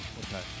okay